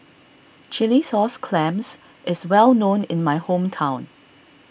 Chilli Sauce Clams is well known in my hometown